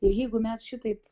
ir jeigu mes šitaip